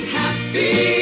happy